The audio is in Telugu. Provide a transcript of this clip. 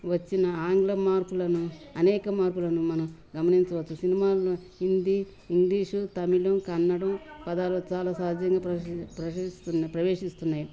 వచ్చిన ఆంగ్లం మార్పులను అనేక మార్పులను మనం గమనించవచ్చు సినిమాల్లో హిందీ ఇంగ్లీషు తమిళం కన్నడం పదాలు చాలా సహజంగా ప్ర ప్రిస్తున్న ప్రవేశిస్తున్నాయి